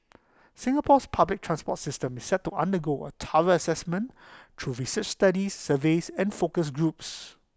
Singapore's public transport system is set to undergo A Assessment through research studies surveys and focus groups